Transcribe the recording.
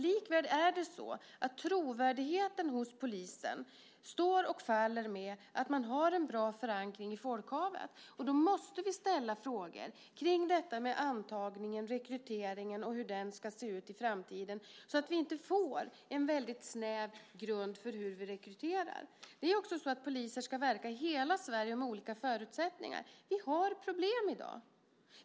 Likväl står och faller trovärdigheten hos polisen med att man har en bra förankring i folkhavet, och därför måste vi ställa frågor om antagningen och rekryteringen och hur den ska se ut i framtiden så att vi inte får en alltför snäv rekryteringsbas. Dessutom ska poliser verka i hela Sverige och under olika förutsättningar. Vi har problem i dag.